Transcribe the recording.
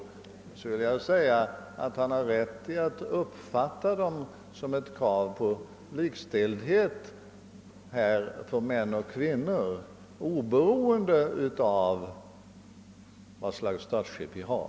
Till detta vill jag säga att herr Johansson har rätt om han uppfattar dem som ett krav på likställdhet för män och kvinnor, oberoende av vilket statsskick vi har.